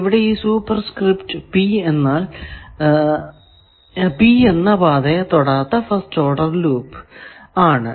ഇവിടെ superscript P എന്നാൽ P എന്ന പാതയെ തൊടാത്ത ഫസ്റ്റ് ഓഡർ ലൂപ്പ് ആണ്